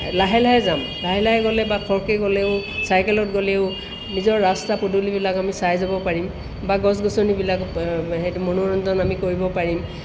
লাহে লাহে যাম লাহে লাহে গ'লে বা খৰকৈ গ'লেও চাইকেলত গ'লেও নিজৰ ৰাস্তা পদূলিবিলাক আমি চাই যাব পাৰিম বা গছ গছনিবিলাক সেইটো মনোৰঞ্জন আমি কৰিব পাৰিম